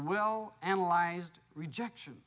well analyzed rejection